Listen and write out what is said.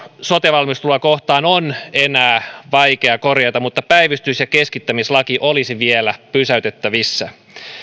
sote valmistelua kohtaan on enää vaikea korjata mutta päivystys ja keskittämislaki olisi vielä pysäytettävissä